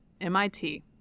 MIT